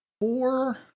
four